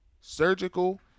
Surgical